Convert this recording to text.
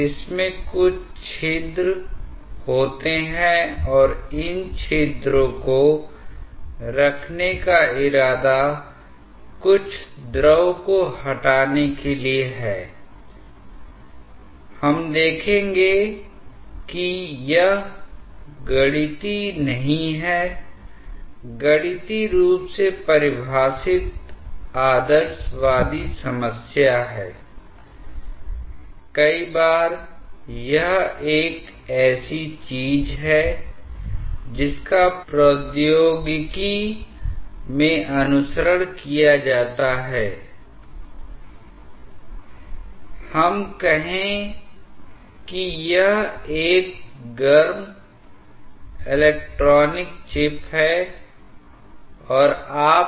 इसलिए यदि हमने किसी तरह से क्रॉस सेक्शन क्षेत्र को कम कर दिया है तो आपको इसे बढ़ाना होगा ताकि यह फिर से पाइप के साथ मेल खाएI इसलिए यह काले रंग का हिस्सा एक फिटिंग की तरह होता है जोकि पाइप के साथ फिट होता है जिससे इसके माध्यम से जो प्रवाह हो रहा उसे नाप लेते हैं I अब सवाल यह है कि आपके पास ऐसा अभिसरण खंड क्यों है हमने देखा है कि यह एक त्वरित प्रवाह को जन्म देता है